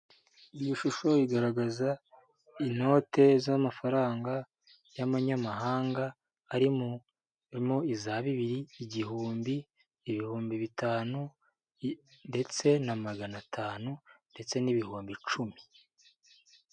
Iyo shusho igaragaza inote z’amafaranga y’manyamahanga arimo iza bibiri igihumbi, ibihumbi bitanu, ndetse na magana atanu, ndetse n’ibihumbi icumi.